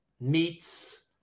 meets